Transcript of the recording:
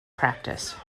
practice